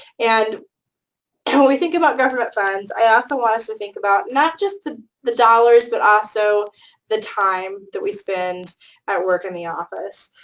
and when we think about government funds, i also want us to think about not just the the dollars, but also the time that we spend at work in the office,